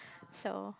so